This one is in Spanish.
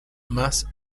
más